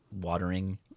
watering